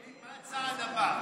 ווליד, מה הצעד הבא?